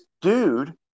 dude